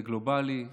זה גלובלי,